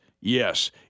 Yes